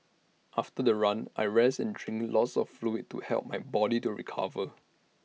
after the run I rest and drink lots of fluid to help my body to recover